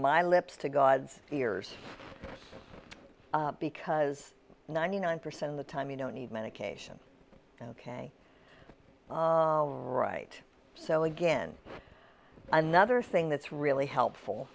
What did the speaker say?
my lips to god's ears because ninety nine percent of the time you don't need medication ok right so again another thing that's really helpful